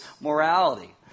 morality